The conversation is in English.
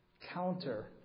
counter